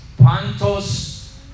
pantos